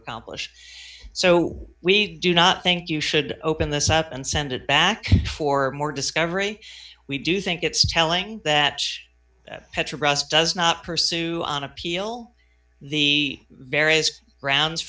accomplish so we do not think you should open this up and send it back for more discovery we do think it's telling that petrobras does not pursue on appeal the various rounds